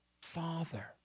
father